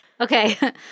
Okay